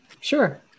Sure